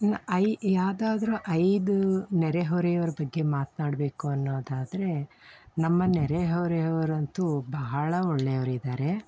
ನ ಐ ಯಾವ್ದಾದ್ರೂ ಐದು ನೆರೆಹೊರೆಯವ್ರ ಬಗ್ಗೆ ಮಾತನಾಡ್ಬೇಕು ಅನ್ನೋದಾದರೆ ನಮ್ಮ ನೆರೆಹೊರೆಯವರಂತೂ ಬಹಳ ಒಳ್ಳೆಯವ್ರಿದ್ದಾರೆ